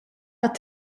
tat